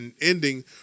ending